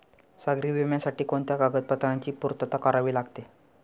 सागरी विम्यासाठी कोणत्या कागदपत्रांची पूर्तता करावी लागते?